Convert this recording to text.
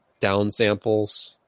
downsamples